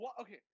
Okay